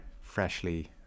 freshly